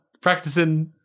Practicing